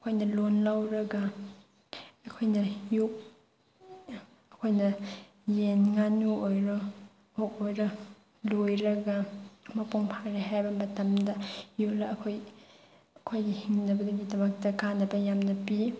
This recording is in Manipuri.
ꯑꯩꯈꯣꯏꯅ ꯂꯣꯟ ꯂꯧꯔꯒ ꯑꯩꯈꯣꯏꯅ ꯑꯩꯈꯣꯏꯅ ꯌꯦꯟ ꯉꯥꯅꯨ ꯑꯣꯏꯔꯣ ꯑꯣꯛ ꯑꯣꯏꯔꯣ ꯂꯣꯏꯔꯒ ꯃꯄꯨꯡ ꯐꯥꯔꯦ ꯍꯥꯏꯕ ꯃꯇꯝꯗ ꯌꯣꯜꯂꯒ ꯑꯩꯈꯣꯏ ꯑꯩꯈꯣꯏꯒꯤ ꯍꯤꯡꯅꯕꯒꯤꯗꯃꯛꯇ ꯀꯥꯟꯅꯕ ꯌꯥꯝꯅ ꯄꯤ